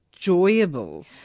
joyable